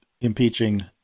impeaching